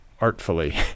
artfully